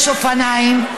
אז לי יש אופניים,